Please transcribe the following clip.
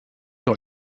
got